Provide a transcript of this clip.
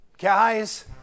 Guys